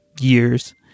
years